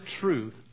truth